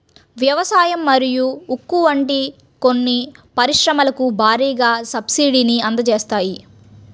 వ్యవసాయం మరియు ఉక్కు వంటి కొన్ని పరిశ్రమలకు భారీగా సబ్సిడీని అందజేస్తాయి